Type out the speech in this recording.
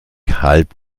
halb